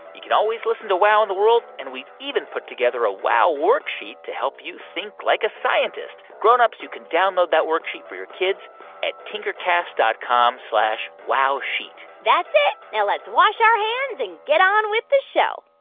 you can always listen to wow in the world, and we've even put together a wow worksheet to help you think like a scientist. grown-ups, you can download that worksheet for your kids at tinkercast dot com wowsheet that's it. now let's wash our hands and get on with the show